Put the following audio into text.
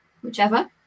whichever